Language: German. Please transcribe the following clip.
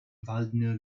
waldner